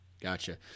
Gotcha